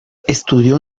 estudió